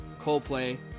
Coldplay